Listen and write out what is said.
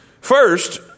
First